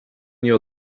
nie